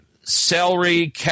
celery